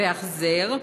והחזר",